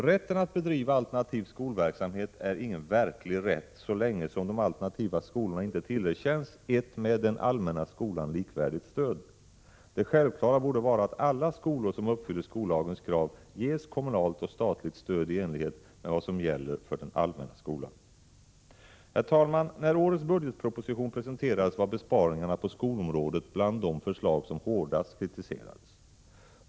Rätten att bedriva alternativ skolverksamhet är ingen verklig rätt så länge som de alternativa skolorna inte tillerkänns ett med den allmänna skolan likvärdigt stöd. Det självklara borde vara att alla skolor som uppfyller skollagens krav ges kommunalt och statligt stöd i enlighet med vad som gäller för den allmänna skolan. Herr talman! När årets budgetproposition presenterades var besparingarna på skolområdet bland de förslag som hårdast kritiserades.